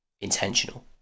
intentional